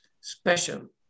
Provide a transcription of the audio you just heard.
Special